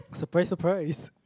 surprise surprise